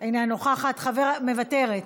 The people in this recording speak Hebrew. אינה נוכחת, מוותרת.